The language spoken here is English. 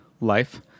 life